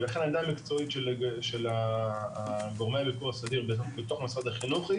ולכן העמדה המקצועית של גורמי ביקור סדיר בתוך משרד החינוך היא